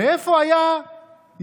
ואיפה היה היושב-ראש